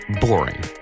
boring